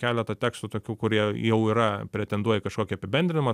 keletą tekstų tokių kurie jau yra pretenduoja į kažkokį apibendrinimą